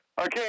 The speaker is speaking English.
Okay